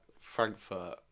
Frankfurt